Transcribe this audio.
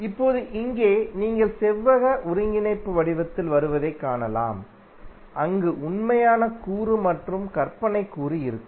இப்போது இங்கே நீங்கள் செவ்வக ஒருங்கிணைப்பு வடிவத்தில் வருவதைக் காணலாம் அங்கு உண்மையான கூறு மற்றும் கற்பனைக் கூறு இருக்கும்